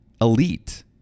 elite